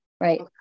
right